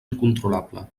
incontrolable